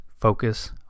focus